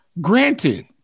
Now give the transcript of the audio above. granted